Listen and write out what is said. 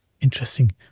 Interesting